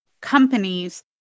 companies